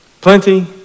Plenty